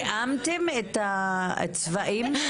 תיאמתן את הצבעים?